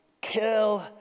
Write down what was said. kill